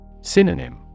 Synonym